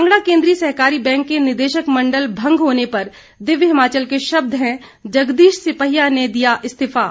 कांगड़ा कोद्रीय सहकारी बैंक के निदेशक मंडल भंग होने पर दिव्य हिमाचल के शब्द हैं जगदीश सिपहिया ने दिया इस्तीफा